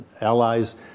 allies